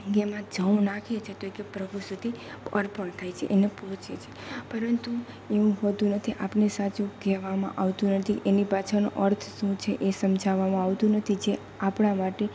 કે એમાં જવ નાખીએ છીએ તે એ કહે કે પ્રભુ સુધી અર્પણ થાય છે એને પહોંચે છે પરંતુ એવું હોતું નથી આપણને સાચું કહેવામાં આવતું નથી એની પાછળનો અર્થ શું છે એ સમજાવામાં આવતું નથી જે આપણાં માટે